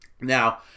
now